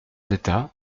d’état